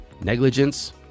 negligence